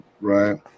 right